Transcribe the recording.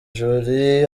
jolly